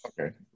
okay